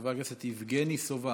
חבר הכנסת עופר כסיף,